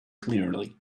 clearly